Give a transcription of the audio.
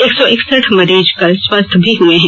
एक सौ इकसठ मरीज कल स्वस्थ भी हुए हैं